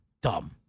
dumb